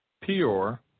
Peor